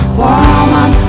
woman